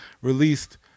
released